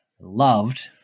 loved